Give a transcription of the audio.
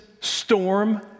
storm